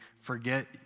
forget